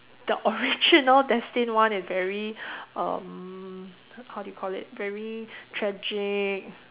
the original destined one is very um how do you call it very tragic